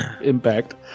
impact